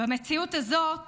במציאות הזאת